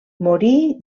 morí